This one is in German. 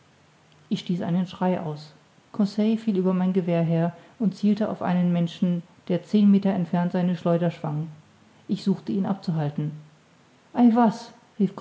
ich stieß einen schrei aus conseil fiel über mein gewehr her und zielte auf einen menschen der zehn meter entfernt seine schleuder schwang ich suchte ihn abzuhalten ei was rief